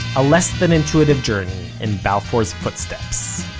a less-than-intuitive journey in balfour's footsteps